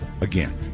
again